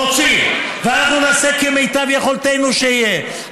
רוצים, ואנחנו נעשה כמיטב יכולתנו שיהיה.